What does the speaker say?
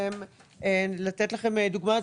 לתת לכם דוגמה,